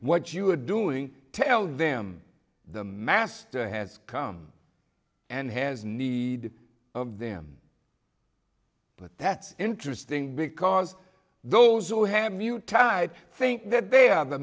what you are doing tell them the master has come and has need of them but that's interesting because those who have you tied think that they are the